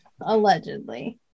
Allegedly